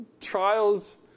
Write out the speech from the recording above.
trials